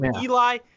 Eli